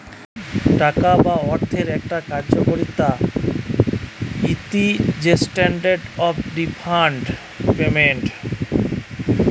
টাকা বা অর্থের একটা কার্যকারিতা হতিছেস্ট্যান্ডার্ড অফ ডেফার্ড পেমেন্ট